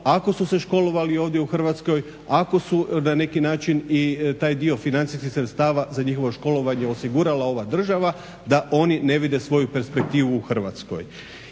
ako su se školovali ovdje u Hrvatskoj, ako su na neki način i taj dio financijskih sredstava za njihovom školovanje osigurala ova država, da oni ne vide svoju perspektivu u Hrvatskoj.